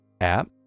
app